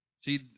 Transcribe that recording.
See